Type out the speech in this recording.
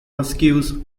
rescues